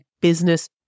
business